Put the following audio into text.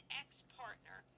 ex-partner